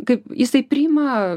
kaip jisai priima